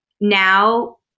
Now